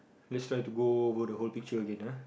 let's try to go over the whole picture again ah